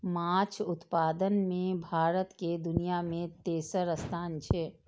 माछ उत्पादन मे भारत के दुनिया मे तेसर स्थान छै